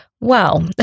Wow